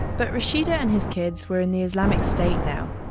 but rashida and his kids were in the islamic state now,